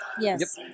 Yes